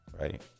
right